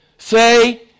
Say